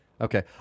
okay